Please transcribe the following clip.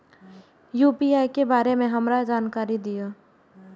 UPI के बारे में हमरो जानकारी दीय?